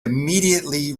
immediately